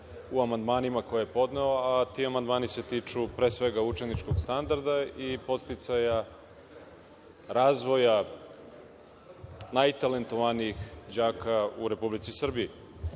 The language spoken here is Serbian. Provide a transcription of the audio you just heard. u amandmanima koje je podneo, a ti amandmani se tiču, pre svega, učeničkog standarda i podsticaja razvoja najtalentovanijih đaka u Republici Srbiji.